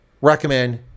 recommend